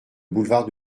boulevard